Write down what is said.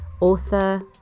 author